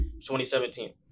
2017